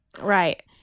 Right